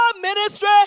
ministry